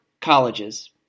colleges